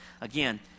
again